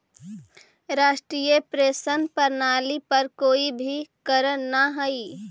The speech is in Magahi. राष्ट्रीय पेंशन प्रणाली पर कोई भी करऽ न हई